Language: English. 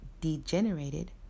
degenerated